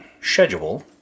schedule